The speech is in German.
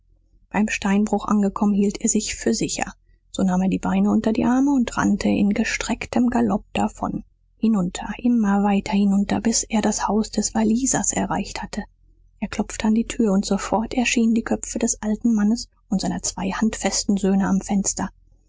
beim steinbruch angekommen hielt er sich für sicher so nahm er die beine unter die arme und rannte in gestrecktem galopp davon hinunter immer weiter hinunter bis er das haus des wallisers erreicht hatte er klopfte an die tür und sofort erschienen die köpfe des alten mannes und seiner zwei handfesten söhne am fenster